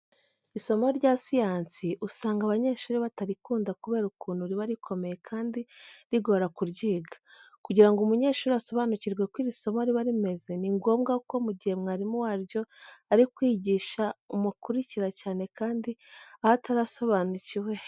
Isomo rya siyansi usanga abanyeshuri batarikunda kubera ukuntu riba rikomeye kandi rigora kuryiga. Kugira ngo umunyeshuri asobanukirwe uko iri somo riba rimeze ni ngombwa ko mu gihe mwarimu waryo ari kwigisha amukurikira cyane kandi aho atasobanukiwe neza agasobanuza.